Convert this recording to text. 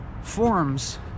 forms